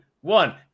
one